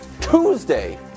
Tuesday